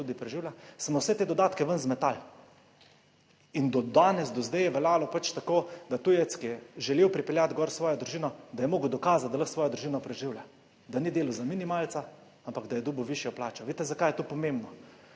vse te dodatke ven zmetali in do danes, do zdaj je veljalo pač tako, da tujec, ki je želel pripeljati gor svojo družino, da je mogel dokazati, da lahko svojo družino preživlja, da ni delal za minimalca, ampak da je dobil višjo plačo. Veste zakaj je to pomembno?